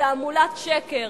תעמולת שקר.